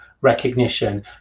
recognition